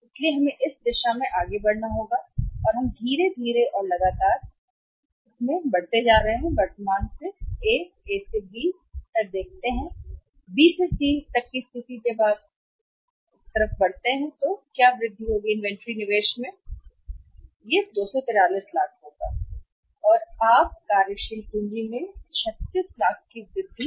इसलिए हमें इस दिशा में आगे बढ़ना होगा हम इसे धीरे धीरे और लगातार खोते जा रहे हैं इसलिए हम वर्तमान से ए ए से बी तक देखते हैं B से C तक की स्थिति जब आप B से C की ओर बढ़ते हैं तो वृद्धि क्या होगी इन्वेंट्री में निवेश कितना 243 लाख होगा और आप किस कार्यशील पूंजी में जा रहे हैं 36 लाख की वृद्धि